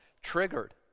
triggered